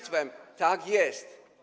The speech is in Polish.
Tak jest.